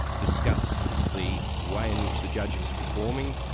discuss the way in which the judge was performing,